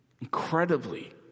incredibly